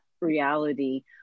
reality